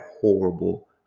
horrible